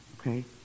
Okay